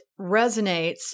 resonates